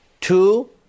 Two